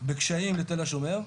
בקשיים לתל השומר.